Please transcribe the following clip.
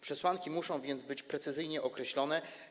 Przesłanki muszą więc być precyzyjnie określone.